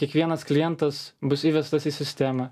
kiekvienas klientas bus įvestas į sistemą